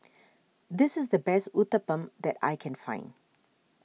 this is the best Uthapam that I can find